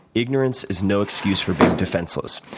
ignorance is no excuse for being defenseless.